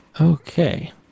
Okay